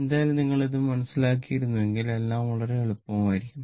എന്തായാലും നിങ്ങൾ ഇത് മനസ്സിലാക്കിയിരുന്നെങ്കിൽ എല്ലാം വളരെ എളുപ്പമായിരിക്കും